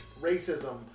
racism